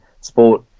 sport